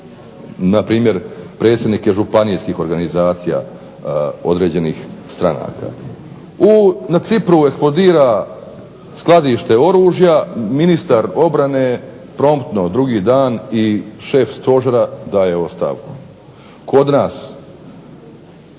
Na primjer, predsjednike županijskih organizacija određenih stranaka. Na Cipru eksplodira skladište oružja, ministar obrane promptno drugi dan i šef stožera daje ostavku. Kod nas